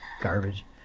garbage